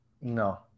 No